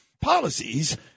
policies